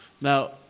now